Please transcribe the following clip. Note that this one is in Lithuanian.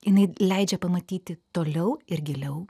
jinai leidžia pamatyti toliau ir giliau